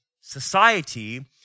society